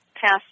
passed